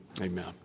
Amen